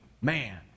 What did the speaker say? Man